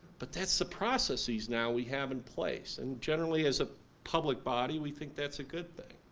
but that's the processes now we have in place and generally as a public body we think that's a good thing.